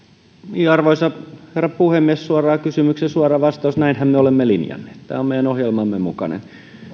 arvoisa rouva puhemies suoraan kysymykseen suora vastaus näinhän me olemme linjanneet tämä on meidän ohjelmamme mukainen